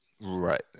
Right